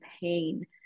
pain